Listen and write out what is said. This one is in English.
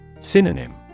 Synonym